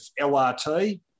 LRT